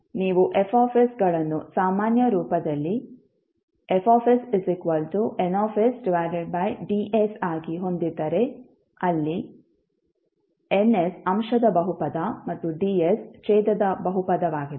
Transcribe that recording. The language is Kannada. ಆದ್ದರಿಂದ ನೀವು F ಗಳನ್ನು ಸಾಮಾನ್ಯ ರೂಪದಲ್ಲಿ FsNDಆಗಿ ಹೊಂದಿದ್ದರೆ ಅಲ್ಲಿ N ಅಂಶದ ಬಹುಪದ ಮತ್ತು D ಛೇದದ ಬಹುಪದವಾಗಿದೆ